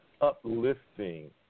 uplifting